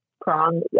prong